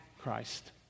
Christ